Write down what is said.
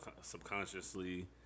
subconsciously